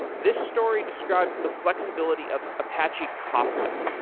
this story describes the flexibility of apache kafka.